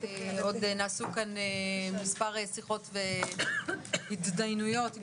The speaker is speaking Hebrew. עוד נעשו כאן כמה שיחות והתדיינויות עם